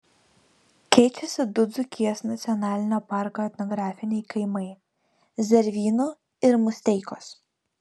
keičiasi du dzūkijos nacionalinio parko etnografiniai kaimai zervynų ir musteikos